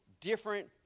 different